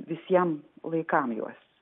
visiem laikam juos